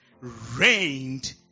Reigned